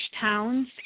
towns